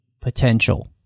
potential